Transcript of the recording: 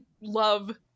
love